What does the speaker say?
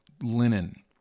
linen